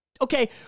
okay